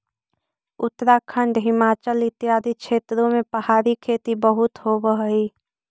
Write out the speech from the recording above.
उत्तराखंड, हिमाचल इत्यादि क्षेत्रों में पहाड़ी खेती बहुत होवअ हई